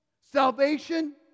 salvation